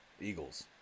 Eagles